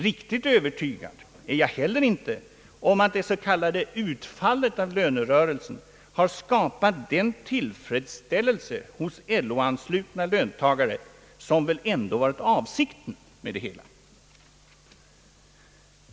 Riktigt övertygad är jag inte heller om att det s.k. utfallet av lönerörelsen har skapat den tillfredsställelse hos LO-anslutna löntagare som väl ändå varit avsikten.